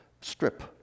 strip